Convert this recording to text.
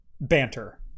banter